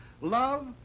love